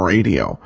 Radio